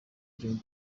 dream